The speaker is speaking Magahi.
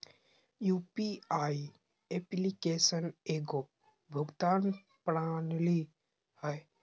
यू.पी.आई एप्लिकेशन एगो भुगतान प्रणाली हइ